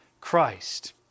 Christ